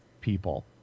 people